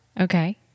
Okay